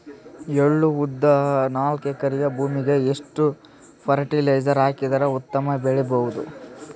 ಎಳ್ಳು, ಉದ್ದ ನಾಲ್ಕಎಕರೆ ಭೂಮಿಗ ಎಷ್ಟ ಫರಟಿಲೈಜರ ಹಾಕಿದರ ಉತ್ತಮ ಬೆಳಿ ಬಹುದು?